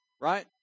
Right